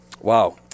Wow